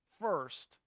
first